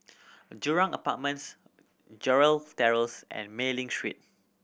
Jurong Apartments Gerald Terrace and Mei Ling Street